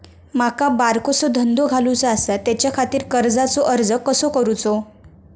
माका बारकोसो धंदो घालुचो आसा त्याच्याखाती कर्जाचो अर्ज कसो करूचो?